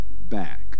back